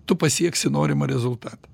tu pasieksi norimą rezultatą